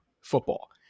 football